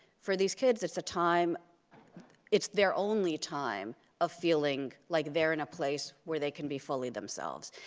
for these kids it's a time it's their only time of feeling like they're in a place where they can be fully themselves.